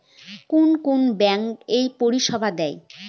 কোন কোন ব্যাঙ্ক এই পরিষেবা দেয়?